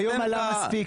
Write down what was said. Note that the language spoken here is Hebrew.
אני לא אעלה.